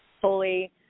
fully